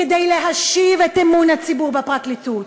כדי להשיב את אמון הציבור בפרקליטות,